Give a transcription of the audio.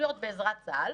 רשויות בעזרת צה"ל,